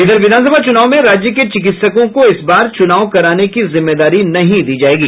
इधर विधानसभा चुनाव में राज्य के चिकित्सकों को इस बार चुनाव कराने की जिम्मेदारी नहीं दी जायेगी